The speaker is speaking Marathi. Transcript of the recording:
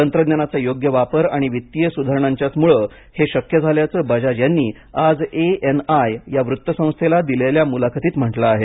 तंत्रज्ञानाचा योग्य वापर आणि वित्तिय सुधारणांच्यामुळेच हे शक्य झाल्याचं बजाज यांनी आज ए एन आय या वृत्तसंस्थेला दिलेल्या मुलाखतीत म्हटलं आहे